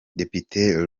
depite